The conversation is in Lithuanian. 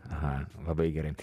ah labai gerai